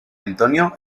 antonio